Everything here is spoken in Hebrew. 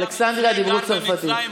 באלכסנדריה דיברו צרפתית.